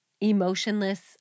emotionless